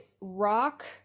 rock